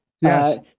Yes